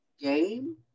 game